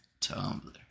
Tumblr